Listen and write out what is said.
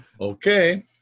Okay